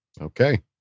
Okay